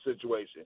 situation